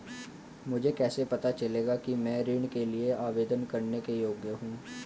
मुझे कैसे पता चलेगा कि मैं ऋण के लिए आवेदन करने के योग्य हूँ?